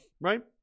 Right